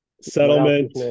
settlement